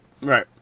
Right